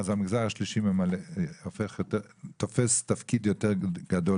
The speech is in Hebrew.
כך גדל התפקיד אותו תופס המגזר השלישי,